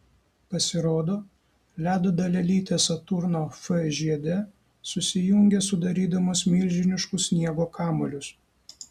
pasirodo ledo dalelytės saturno f žiede susijungia sudarydamos milžiniškus sniego kamuolius